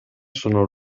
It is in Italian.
sono